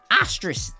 ostrich